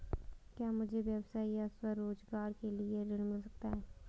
क्या मुझे व्यवसाय या स्वरोज़गार के लिए ऋण मिल सकता है?